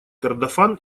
кордофан